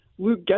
Luke